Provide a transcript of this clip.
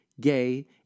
gay